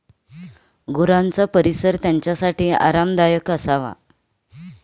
गुरांचा परिसर त्यांच्यासाठी आरामदायक असावा